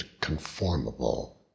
conformable